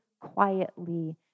quietly